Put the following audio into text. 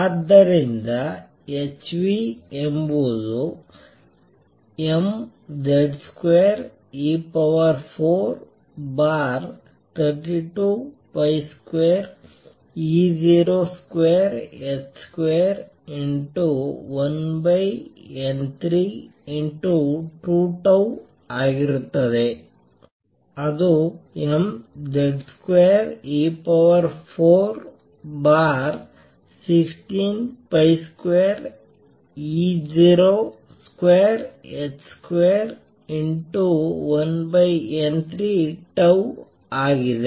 ಆದ್ದರಿಂದ h ಎಂಬುದು mZ2e432202h21n32τ ಆಗಿರುತ್ತದೆ ಅದು mZ2e416202h21n3 ಆಗಿದೆ